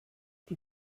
die